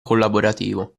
collaborativo